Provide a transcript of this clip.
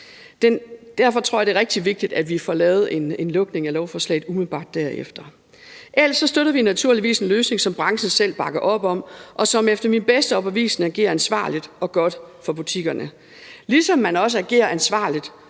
Derfor tror jeg, det er rigtig vigtigt, at vi får lavet en lukning af lovforslaget umiddelbart derefter. Ellers støtter vi naturligvis en løsning, som branchen selv bakker op om, og hvor man efter min bedste overbevisning agerer ansvarligt og godt over for butikkerne, ligesom man også agerer ansvarligt